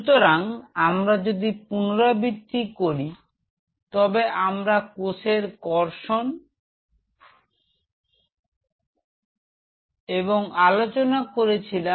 সুতরাং আমরা যদি পুনরাবৃত্তি করি তবে আমরা কোষের কালচার আলোচনা করেছিলাম